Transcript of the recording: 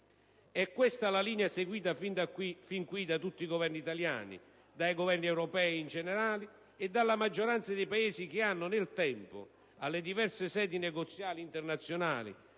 È questa la linea seguita fin qui da tutti i Governi italiani, dai Governi europei in generale e dalla maggioranza dei Paesi che nel tempo, nelle diverse sedi negoziali internazionali,